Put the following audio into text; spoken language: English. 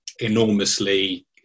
enormously